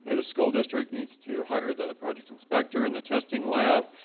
and the school district needs to hire the project inspector and the testing lab.